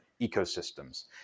ecosystems